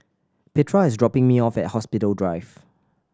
Petra is dropping me off at Hospital Drive